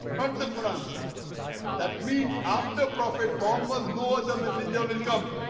not the quran that means after prophet palmer. no, the messenger will come